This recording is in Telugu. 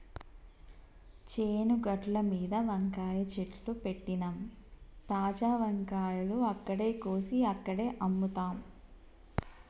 చేను గట్లమీద వంకాయ చెట్లు పెట్టినమ్, తాజా వంకాయలు అక్కడే కోసి అక్కడే అమ్ముతాం